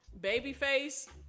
babyface